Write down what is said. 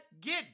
get